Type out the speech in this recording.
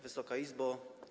Wysoka Izbo!